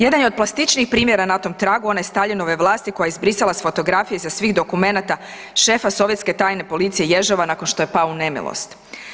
Jedan je od plastičnijih primjera na tom tragu one Staljinove vlasti koja je izbrisala s fotografije sa svih dokumenata šefa sovjetske tajne policije, ... nakon što je pao u nemilost.